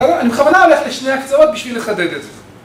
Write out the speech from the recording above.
אני בכוונה הולך לשני הקצוות בשביל לחדד את זה